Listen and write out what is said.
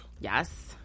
Yes